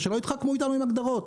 שלא יתחכמו איתנו עם הגדרות.